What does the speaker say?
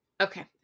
okay